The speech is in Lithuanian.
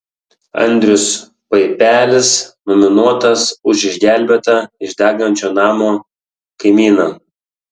andrius paipelis nominuotas už išgelbėtą iš degančio namo kaimyną